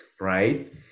right